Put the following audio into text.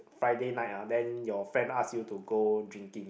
Friday night ah then your friend ask you to go drinking